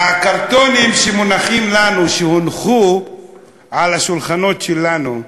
הקרטונים שמונחים לנו, שהונחו על השולחנות שלנו,